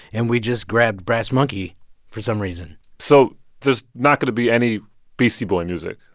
and we just grabbed brass monkey for some reason so there's not going to be any beastie boy music?